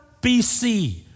BC